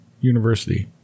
University